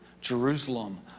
Jerusalem